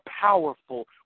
powerful